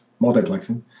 multiplexing